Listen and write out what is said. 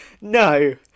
no